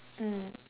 mm